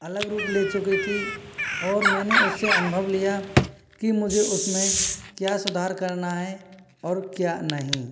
अलग रूप ले चुकी थी और मैंने उससे अनुभव लिया कि मुझे उसमें क्या सुधार करना है और क्या नहीं